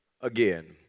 again